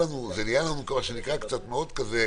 זה נהיה "ליבם גס בהם",